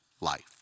life